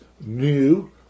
new